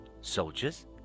Soldiers